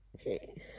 Okay